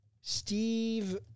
Steve